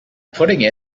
putting